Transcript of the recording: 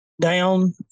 down